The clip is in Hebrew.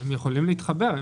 הם יכולים להתחבר.